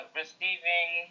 receiving